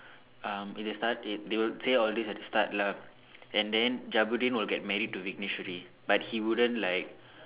um in the start they they would say all this at the start lah and then Jabudeen will get married to Vikneswary but he wouldn't like